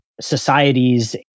societies